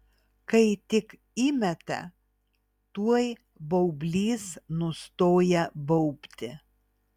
kai tik įmeta tuoj baublys nustoja baubti